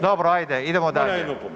Dobro, ajde idemo dalje.